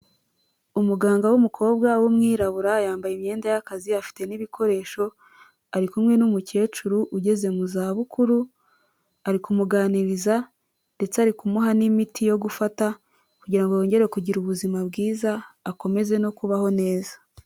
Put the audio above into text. Umuganga w'umukobwa w'umwirabura yambaye imyenda y'akazi, afite n'ibikoresho, ari kumwe n'umukecuru ugeze mu zabukuru, ari kumuganiriza ndetse ari kumuha n'imiti yo gufata kugira ngo yongere kugira ubuzima bwiza akomeze no kubaho neza.